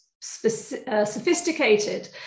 sophisticated